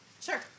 Sure